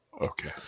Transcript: Okay